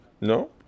No